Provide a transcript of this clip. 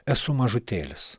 esu mažutėlis